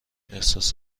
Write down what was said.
احساس